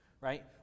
right